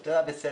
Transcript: השוטר היה בסדר.